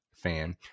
fan